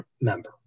member